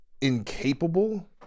incapable